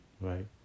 right